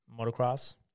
motocross